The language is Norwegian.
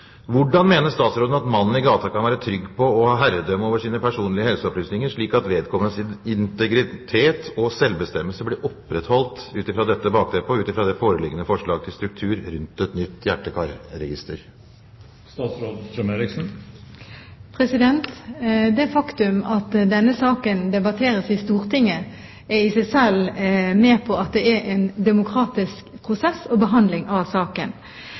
Hvordan mener statsråden at mannen i gata kan være trygg på å ha herredømme over sine personlige helseopplysninger slik at vedkommendes integritet og selvbestemmelse blir opprettholdt – ut fra dette bakteppet og ut fra det foreliggende forslag til struktur rundt et nytt hjerte- og karregister? Det faktum at denne saken debatteres i Stortinget, viser i seg selv at det er en demokratisk prosess – en demokratisk behandling av saken.